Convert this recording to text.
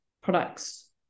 products